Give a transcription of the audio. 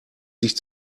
dich